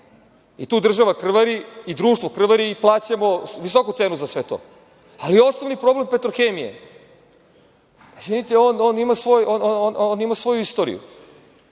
i tu država krvari i društvo krvari i plaćamo visoku cenu za sve to. Ali, osnovni problem „Petrohemije“, ona ima svoju istoriju.